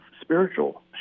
spiritual